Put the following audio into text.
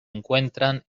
encuentran